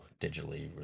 digitally